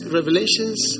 Revelations